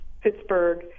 Pittsburgh